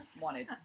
wanted